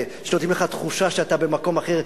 שנותנים לך תחושה שאתה במקום אחר,